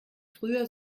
früher